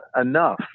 enough